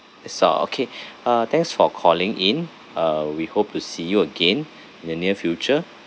and so okay uh thanks for calling in uh we hope to see you again in the near future